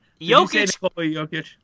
Jokic